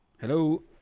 Hello